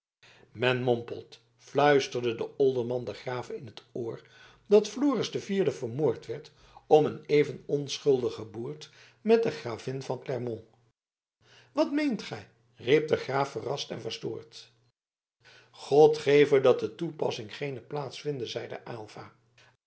men mompelt fluisterde de olderman den graaf in t oor dat floris de vierde vermoord werd om een even onschuldige boert met de gravin van clermont wat meent gij riep de graaf verrast en verstoord god geve dat de toepassing geene plaats vinde zeide aylva